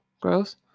gross